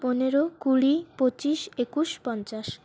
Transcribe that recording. পনেরো কুড়ি পঁচিশ একুশ পঞ্চাশ